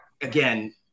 again